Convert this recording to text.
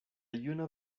juna